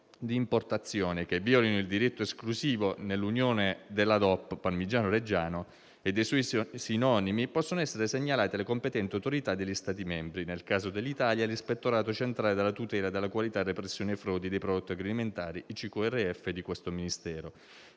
di importazione che violino il diritto esclusivo nell'Unione della DOP «Parmigiano Reggiano» e dei suoi sinonimi possono essere segnalati alle competenti autorità degli Stati membri - nel caso dell'Italia, è l'Ispettorato centrale della tutela della qualità e repressione frodi dei prodotti agroalimentari (ICQRF) del Ministero